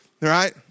right